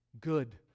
good